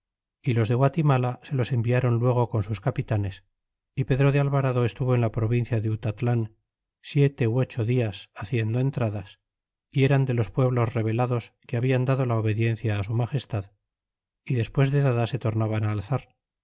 y los de guatimala se los enviaron luego con sus capitanes y pedro de atvarado estuvo en la provincia de utatlan siete a ocho dias haciendo entradas y eran de los pueblos rebelados que hablan dado la obediencia su magestad y despues de dada se tornaban alzar